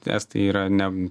estai yra ne